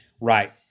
Right